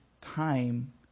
time